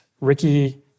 Ricky